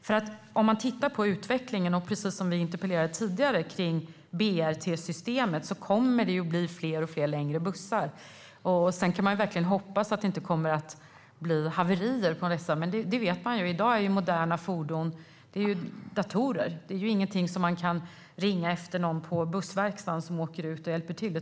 Precis som det sas i en tidigare interpellation om BRT-systemet kommer det att bli fler och fler längre bussar. Sedan kan man verkligen hoppas att det inte kommer att bli haverier med dessa, men vi vet ju att moderna fordon i dag är som datorer. Detta är ingenting där man kan ringa efter någon på bussverkstaden som åker ut och hjälper till.